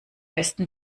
besten